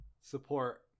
support